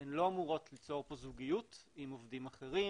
הן לא אמורות ליצור פה זוגיות עם עובדים אחרים.